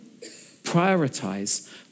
prioritize